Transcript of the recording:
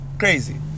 crazy